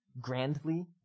grandly